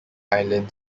island